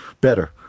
better